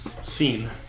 Scene